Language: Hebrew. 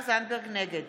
זנדברג, נגד